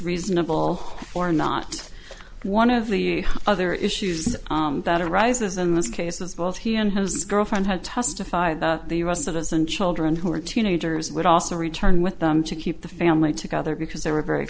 reasonable or not one of the other issues that arises in this case was both he and his girlfriend had testified that the u s citizen children who were teenagers would also return with them to keep the family together because they were very